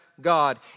God